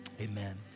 amen